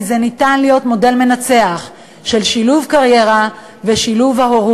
כי זה יכול להיות מודל מנצח של שילוב קריירה והורות.